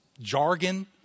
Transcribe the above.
jargon